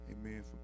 amen